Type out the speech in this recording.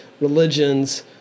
religions